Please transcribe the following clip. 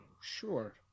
sure